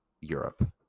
Europe